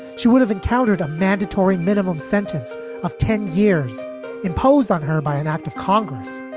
she would have encountered a mandatory minimum sentence of ten years imposed on her by an act of congress,